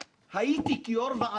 גם בין השורות יש שמות,